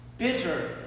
bitter